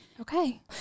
Okay